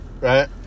right